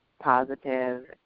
positive